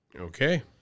Okay